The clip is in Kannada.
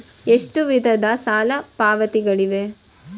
ಎಷ್ಟು ವಿಧದ ಸಾಲ ಪಾವತಿಗಳಿವೆ?